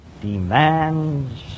demands